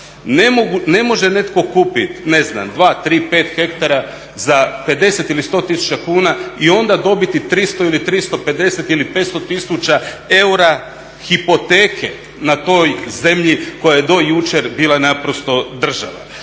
Ne može netko kupit ne znam dva, tri, pet hektara za 50 ili 100 tisuća kuna i onda dobiti 300 ili 350 ili 500 tisuća eura hipoteke na toj zemlji koja je do jučer bila naprosto državna.